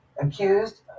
accused